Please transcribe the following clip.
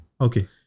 Okay